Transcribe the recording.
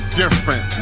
different